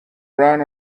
run